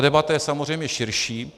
Debata je samozřejmě širší.